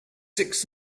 six